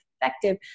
effective